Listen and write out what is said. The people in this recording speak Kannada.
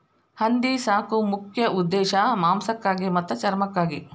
ಹಂದಿ ಸಾಕು ಮುಖ್ಯ ಉದ್ದೇಶಾ ಮಾಂಸಕ್ಕಾಗಿ ಮತ್ತ ಚರ್ಮಕ್ಕಾಗಿ